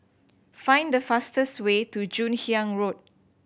find the fastest way to Joon Hiang Road